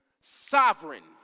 sovereign